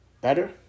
better